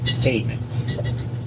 payment